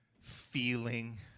feeling